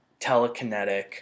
telekinetic